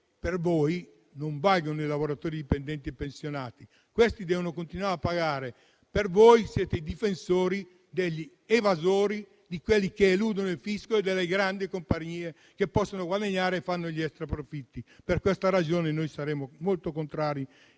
per voi non valgono i lavoratori dipendenti e i pensionati, che devono continuare a pagare; voi siete i difensori degli evasori, di quelli che eludono il fisco e delle grandi compagnie che possono guadagnare e fare extraprofitti. Per questa ragione, voteremo contro il